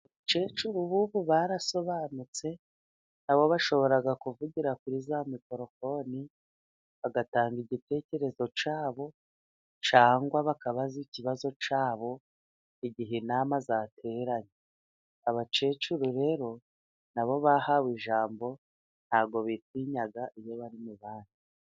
Abakecuru b'ubu barasobanutse, nabo bashobora kuvugira kuri za mikorofoni, bagatanga igitekerezo cyabo cyangwa bakabaza ikibazo cyabo, igihe inama zateranye. Abakecuru rero, nabo bahawe ijambo, ntabwo bitinya, iyo bari mu bandi.